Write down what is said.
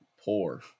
poor